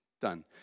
done